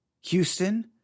Houston